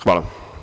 Hvala.